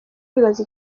bibaza